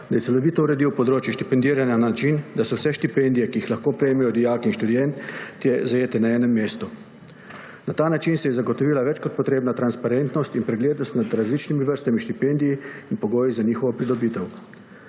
da je celovito uredil področje štipendiranja na način, da so vse štipendije, ki jih lahko prejmejo dijaki in študentje, zajete na enem mestu. Na ta način se je zagotovila več kot potrebna transparentnost in preglednost nad različnimi vrstami štipendij in pogoji za njihovo pridobitev.